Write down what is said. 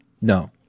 No